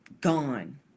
gone